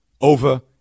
over